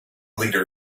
leader